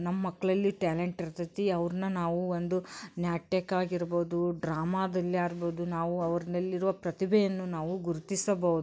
ನಮ್ಮ ಮಕ್ಳಲ್ಲಿ ಟ್ಯಾಲೆಂಟ್ ಇರ್ತೈತಿ ಅವ್ರನ್ನ ನಾವು ಒಂದು ನಾಟ್ಯಕ್ಕಾಗಿರ್ಬೋದು ಡ್ರಾಮಾದಲ್ಲಿ ಆರ್ಬೋದು ನಾವು ಅವ್ರಲ್ಲಿರುವ ಪ್ರತಿಭೆಯನ್ನು ನಾವು ಗುರ್ತಿಸಬಹುದು